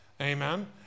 amen